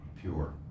pure